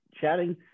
chatting